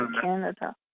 Canada